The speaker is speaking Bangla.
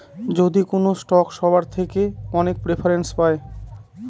যদি কোনো স্টক সবার থেকে অনেক প্রেফারেন্স পায়